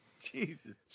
Jesus